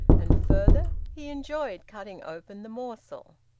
and further, he enjoyed cutting open the morsel.